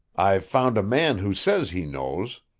i've found a man who says he knows.